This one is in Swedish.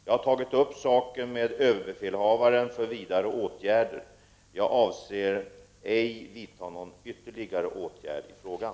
Jag har tagit upp saken med överbefälhavaren för vidare åtgärder, och jag avser ej vidta någon ytterligare åtgärd i frågan.